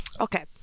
Okay